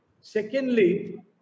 Secondly